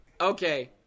okay